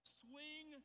swing